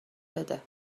بده